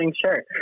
sure